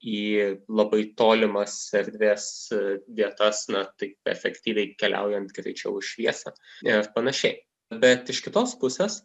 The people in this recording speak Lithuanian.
į labai tolimas erdves vietas na taip efektyviai keliaujant greičiau už šviesą net panašiai bet iš kitos pusės